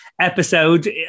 episode